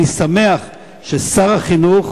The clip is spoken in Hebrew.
אני שמח ששר החינוך,